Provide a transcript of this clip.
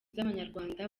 z’abanyarwanda